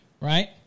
right